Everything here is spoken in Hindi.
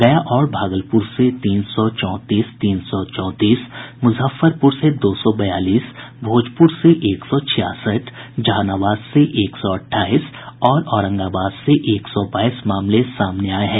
गया और भागलपुर से तीन सौ चौंतीस तीन सौ चौंतीस मुजफ्फरपुर से दो सौ बयालीस भोजपुर से एक सौ छियासठ जहानाबाद से एक सौ अट्ठाईस और औरंगाबाद से एक सौ बाईस मामले सामने आये है